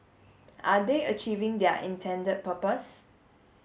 are they achieving their intended purpose